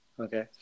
Okay